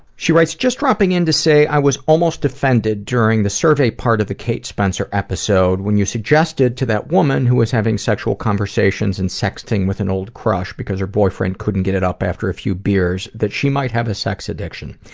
she writes, just dropping in to say, i was almost offended during the survey part of the kate spencer episode when you suggested to that woman who was having sexual conversations and sexting with an old crush because her boyfriend couldn't get it up for a few beers, that she might have a sex addiction.